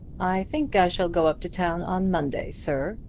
i think i shall go up to town on monday, sir,